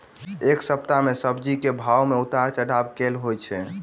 एक सप्ताह मे सब्जी केँ भाव मे उतार चढ़ाब केल होइ छै?